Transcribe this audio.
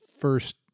first